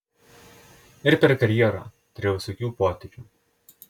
ir per karjerą turėjau visokių potyrių